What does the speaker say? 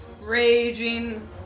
raging